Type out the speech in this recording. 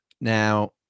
Now